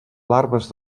larves